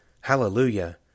Hallelujah